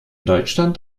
deutschland